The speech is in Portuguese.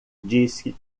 disse